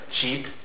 cheap